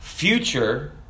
Future